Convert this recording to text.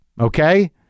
Okay